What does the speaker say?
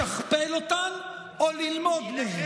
לשכפל אותן או ללמוד מהן?